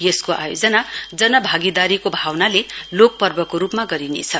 यसको आयोजना जनभागीदारीको भावनाले लोक पर्वको रूपमा गरिनेछ